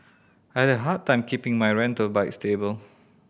I had a hard time keeping my rental bike stable